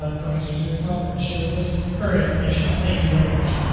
ah the professor is going to come up and share with us her information. thank you very much.